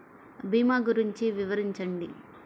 భీమా గురించి వివరించండి?